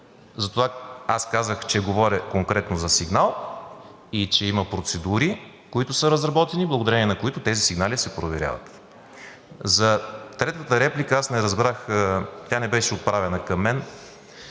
Затова казах, че говоря конкретно за сигнал и че има процедури, които са разработени, благодарение на които тези сигнали се проверяват. За третата реплика не разбрах, тя не беше отправена към мен.